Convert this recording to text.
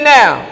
now